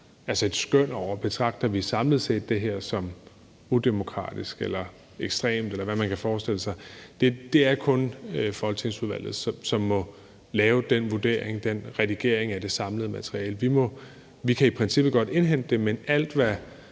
lave et skøn over, om vi samlet set betragter det som udemokratisk, ekstremt, eller hvad man kan forestille sig. Det er kun folketingsudvalget, som må lave den vurdering og redigering af det samlede materiale. Vi kan i princippet godt indhente det, men alt, hvad